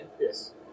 Yes